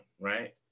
right